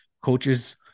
coaches